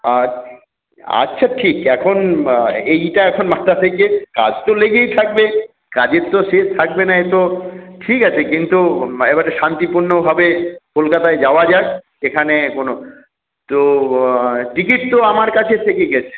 আর আচ্ছা ঠিক এখন এইটা এখন মাথা থেকে কাজ তো লেগেই থাকবে কাজের তো শেষ থাকবে না এতো ঠিক আছে কিন্তু এবারে শান্তিপূর্ণ ভাবে কলকাতায় যাওয়া যাক সেখানে কোনো তো টিকিট তো আমার কাছে থেকে গেছে